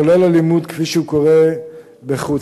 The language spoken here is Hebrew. כולל הלימוד, כפי שהוא קורה בחוץ-לארץ.